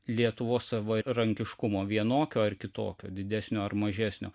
lietuvos savarankiškumo vienokio ar kitokio didesnio ar mažesnio